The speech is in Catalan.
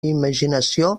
imaginació